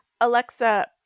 Alexa